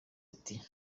ati